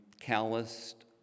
calloused